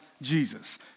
Jesus